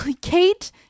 Kate